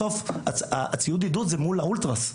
בסוף הציוד עידוד זה מול האולטראס.